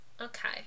Okay